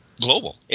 global